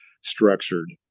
structured